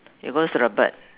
it goes to the bird